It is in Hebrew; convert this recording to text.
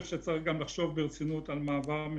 ויש פה גם לחברי הוועדה,